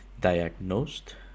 diagnosed